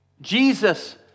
Jesus